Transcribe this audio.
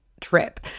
trip